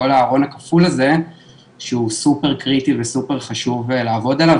כל הארון הכפול הזה שהוא סופר קריטי וסופר חשוב לעבוד עליו,